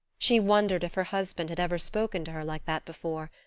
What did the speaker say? she wondered if her husband had ever spoken to her like that before,